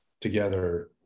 together